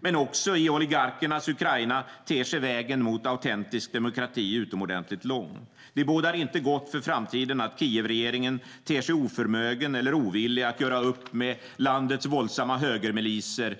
Men också i oligarkernas Ukraina ter sig vägen mot autentisk demokrati utomordentligt lång. Det bådar inte gott för framtiden att Kievregeringen ter sig oförmögen eller ovillig att göra upp med landets våldsamma högermiliser.